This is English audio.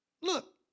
look